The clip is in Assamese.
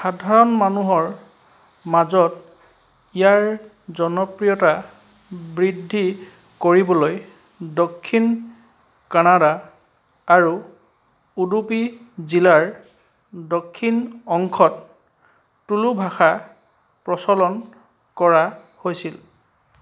সাধাৰণ মানুহৰ মাজত ইয়াৰ জনপ্ৰিয়তা বৃদ্ধি কৰিবলৈ দক্ষিণ কানাড়া আৰু উডুপী জিলাৰ দক্ষিণ অংশত টুলু ভাষা প্ৰচলন কৰা হৈছিল